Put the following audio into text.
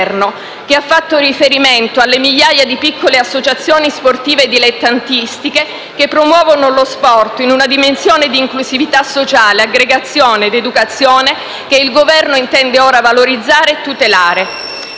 che ha fatto riferimento alle migliaia di piccole associazioni sportive dilettantistiche che promuovono lo sport in una dimensione di inclusività sociale, aggregazione ed educazione che il Governo intende ora valorizzare e tutelare;